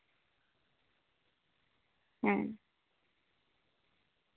ᱦᱮᱸ